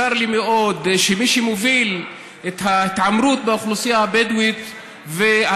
צר לי מאוד שמי שמוביל את ההתעמרות באוכלוסייה הבדואית ואת